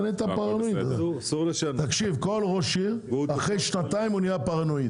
כל ראש עיר אחרי שנתיים נהיה פרנואיד.